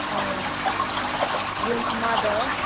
ꯑꯥ ꯔꯨꯝ ꯑꯃꯗ